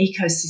ecosystem